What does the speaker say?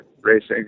racing